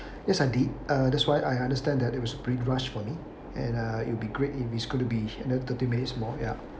yes I did uh that's why I understand that it was pretty rush for me and uh it'll be great if it could be extended thirty minutes more ya